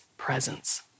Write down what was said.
presence